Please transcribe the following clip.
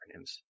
acronyms